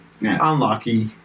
unlucky